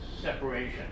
separation